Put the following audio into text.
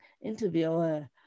interviewer